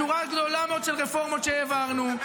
-- ושורה גדולה מאוד של רפורמות שהעברנו,